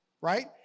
right